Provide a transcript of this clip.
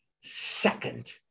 second